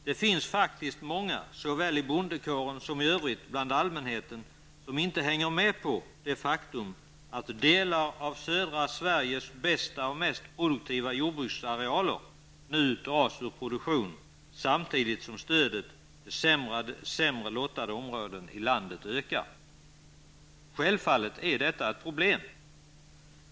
Det finns faktiskt många, såväl i bondekåren som bland den övriga allmänheten, som inte accepterar det faktum att delar av södra Sveriges bästa och mest produktiva jordbruksarealer dras ur produktion samtidigt som stödet till sämre lottade områden i landet ökar. Självfallet är detta ett problem.